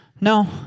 No